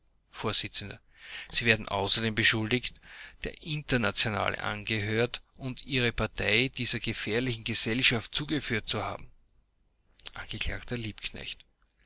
vors sie werden außerdem beschuldigt der internationale angehört und ihre partei dieser gefährlichen gesellschaft zugeführt zu haben